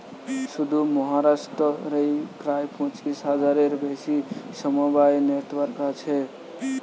শুধু মহারাষ্ট্র রেই প্রায় পঁচিশ হাজারের বেশি সমবায় নেটওয়ার্ক আছে